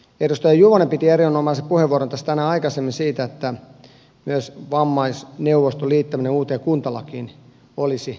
edustaja juvonen piti erinomaisen puheenvuoron tässä tänään aikaisemmin siitä että myös vammaisneuvoston liittäminen uuteen kuntalakiin olisi suotavaa